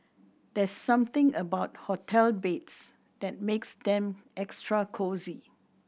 there's something about hotel beds that makes them extra cosy